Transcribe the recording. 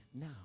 now